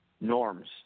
norms